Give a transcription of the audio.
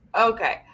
okay